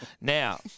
Now